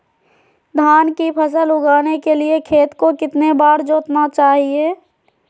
धान की फसल उगाने के लिए खेत को कितने बार जोतना चाइए?